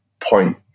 point